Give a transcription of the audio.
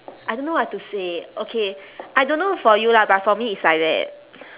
I don't know what to say okay I don't know for you lah but for me it's like that